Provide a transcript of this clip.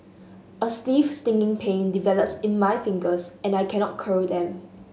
a stiff stinging pain develops in my fingers and I cannot curl them